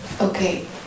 Okay